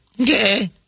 Okay